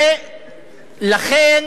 ולכן